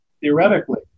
theoretically